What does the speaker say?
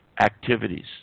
activities